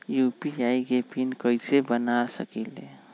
UPI के pin कैसे बना सकीले?